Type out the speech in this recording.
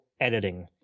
editing